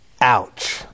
Ouch